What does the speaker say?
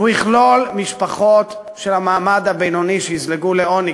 והוא יכלול משפחות של המעמד הבינוני שיזלגו לעוני,